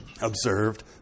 observed